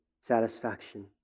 satisfaction